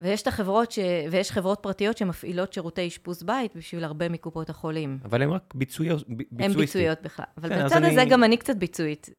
ויש את החברות ש... ויש חברות פרטיות שמפעילות שירותי אשפוז בית בשביל הרבה מקופות החולים. - אבל הן רק ביצועיות. - הן ביצועיות בכלל, אבל בצד הזה גם אני קצת ביצועית.